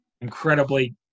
incredibly